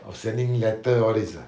of sending letter all this ah